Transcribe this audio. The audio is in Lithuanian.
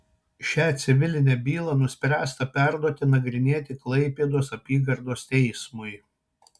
šią civilinę bylą nuspręsta perduoti nagrinėti klaipėdos apygardos teismui